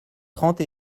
trente